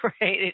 Right